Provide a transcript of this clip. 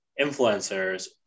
influencers